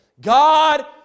God